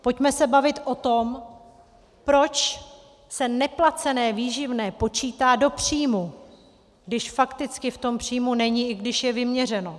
Pojďme se bavit o tom, proč se neplacené výživné počítá do příjmu, když fakticky v tom příjmu není, i když je vyměřeno.